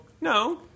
No